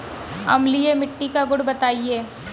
अम्लीय मिट्टी का गुण बताइये